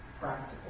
practical